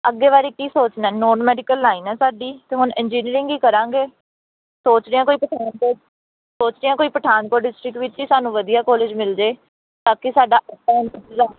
ਅੱਗੇ ਬਾਰੇ ਕੀ ਸੋਚਣਾ ਨੋਨ ਮੈਡੀਕਲ ਲਾਈਨ ਆ ਸਾਡੀ ਅਤੇ ਹੁਣ ਇੰਜੀਨੀਅਰਿੰਗ ਹੀ ਕਰਾਂਗੇ ਸੋਚਦੇ ਆ ਕੋਈ ਸੋਚਿਆ ਕੋਈ ਪਠਾਨਕੋਟ ਡਿਸਟ੍ਰਿਕਟ ਵਿੱਚ ਹੀ ਸਾਨੂੰ ਵਧੀਆ ਕਾਲਜ ਮਿਲ ਜਾਵੇ ਬਾਕੀ ਸਾਡਾ